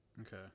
Okay